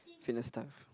fitness stuff